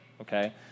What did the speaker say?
okay